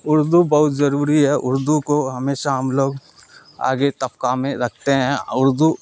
اردو بہت ضروری ہے اردو کو ہمیشہ ہم لوگ آگے طبقہ میں رکھتے ہیں اردو